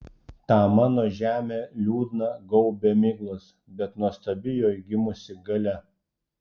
tą mano žemę liūdną gaubia miglos bet nuostabi joj gimusi galia